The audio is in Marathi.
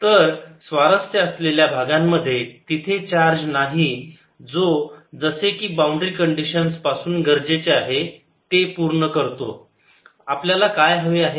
तर स्वारस्य असलेल्या भागांमध्ये तिथे चार्ज नाही जो जसे की बाउंड्री कंडिशन्स पासून गरजेचे आहे ते पूर्ण करतो आपल्याला काय हवे आहे